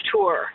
Tour